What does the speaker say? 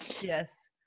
Yes